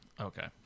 Okay